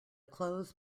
clothes